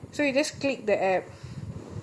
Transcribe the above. that's not even our exact location